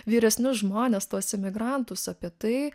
vyresnius žmones tuos emigrantus apie tai